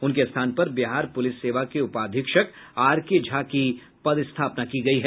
उनके स्थान पर बिहार पुलिस सेवा के उपाधीक्षक आरके झा की पदस्थापना की गयी है